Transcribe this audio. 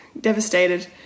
devastated